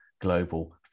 global